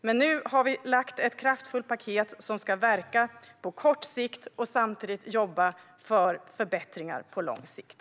Men nu har vi lagt fram ett kraftfullt paket som ska verka på kort sikt och samtidigt jobba för förbättringar på lång sikt.